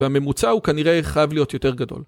והממוצע הוא כנראה חייב להיות יותר גדול.